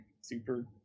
super